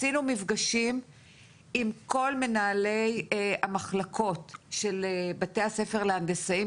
עשינו מפגשים עם כל מנהלי המחלקות של בתי הספר להנדסאים,